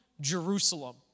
Jerusalem